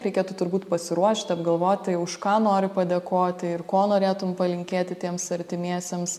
reikėtų turbūt pasiruošt apgalvot tai už ką noriu padėkoti ir ko norėtum palinkėti tiems artimiesiems